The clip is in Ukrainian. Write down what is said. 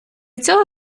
цього